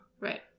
Right